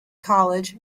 college